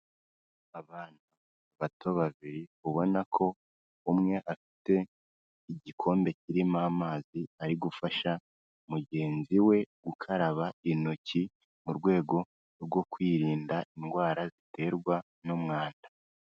Abana bato babiri ubona ko umwe afite igikombe kirimo amazi, ari gufasha mugenzi we gukaraba intoki, mu rwego rwo kwirinda indwara ziterwa n'umwanda.